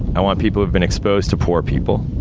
i want people who've been exposed to poor people.